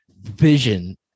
vision